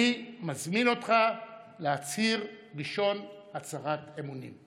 אני מזמין אותך להצהיר ראשון הצהרת אמונים.